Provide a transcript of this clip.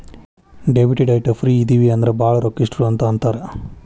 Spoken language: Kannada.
ಡೆಬಿಟ್ ಡೈಟ್ ಫ್ರೇ ಇದಿವಿ ಅಂದ್ರ ಭಾಳ್ ರೊಕ್ಕಿಷ್ಟ್ರು ಅಂತ್ ಅಂತಾರ